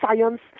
science